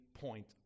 point